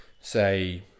say